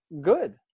Good